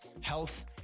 health